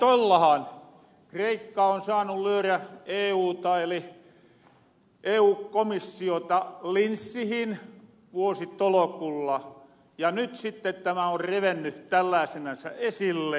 kreikka on saanu lyörä euta eli eu komissiota linssihin vuositolokulla ja nyt sitten tämä on revenny tällaasenansa esille